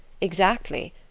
Exactly